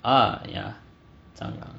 ah ya 蟑螂